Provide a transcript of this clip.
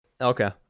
Okay